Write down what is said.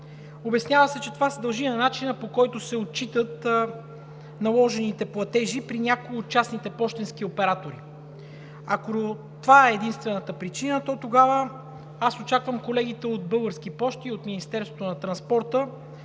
Обяснява се, че това се дължи на начина, по който се отчитат наложените платежи при някои от частните пощенски оператори. Ако това е единствената причина, то тогава аз очаквам колегите от Български пощи и от Министерството на транспорта